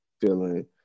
feeling